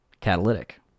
catalytic